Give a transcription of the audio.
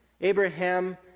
Abraham